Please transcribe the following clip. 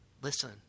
Listen